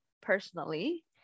personally